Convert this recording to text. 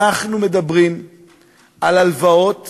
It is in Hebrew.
אנחנו מדברים על הלוואות